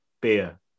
beer